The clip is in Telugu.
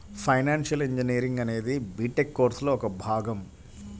ఫైనాన్షియల్ ఇంజనీరింగ్ అనేది బిటెక్ కోర్సులో ఒక భాగం